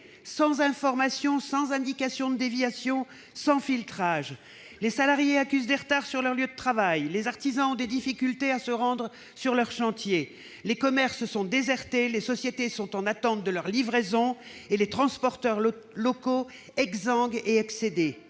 sans information, sans indication de déviation, sans filtrage. Les salariés accusent des retards sur leur lieu de travail, les artisans ont des difficultés pour atteindre leur chantier, les commerces sont désertés, les sociétés sont en attente de leurs livraisons et les transporteurs locaux sont exsangues et excédés.